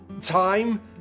time